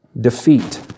defeat